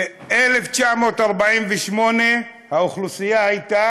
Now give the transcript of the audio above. ב-1948 האוכלוסייה הייתה